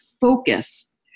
focus